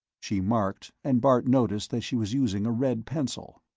she marked, and bart noticed that she was using a red pencil.